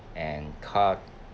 and cut